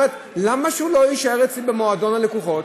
שנותנת שירותים אחרים: למה שהוא לא יישאר אצלי במועדון הלקוחות?